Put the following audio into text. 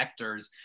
vectors